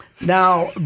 Now